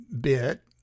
bit